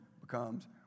becomes